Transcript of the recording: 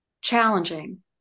challenging